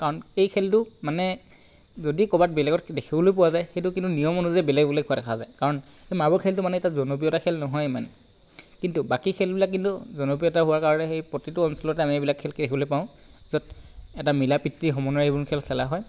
কাৰণ এই খেলটো মানে যদি ক'ৰবাত বেলেগত দেখিবলৈ পোৱা যায় কিন্তু সেইটো নিয়ম অনুযায়ী বেলেগ বেলেগ হোৱা দেখা যায় কাৰণ এই মাৰ্বল খেলটো মানে এতিয়া জনপ্ৰিয়তা খেল নহয় ইমান কিন্তু বাকী খেলবিলাক কিন্তু জনপ্ৰিয়তা হোৱাৰ কাৰণে সেই প্ৰতিটো অঞ্চলতে আমি এইবিলাক খেল দেখিবলৈ পাওঁ য'ত এটা মিলা প্ৰীতি সমন্বয়েৰে এইবিলাক খেল খেলা হয়